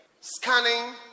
scanning